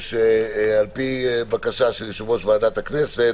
שעל פי בקשה של יושב-ראש ועדת הכנסת